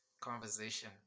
conversation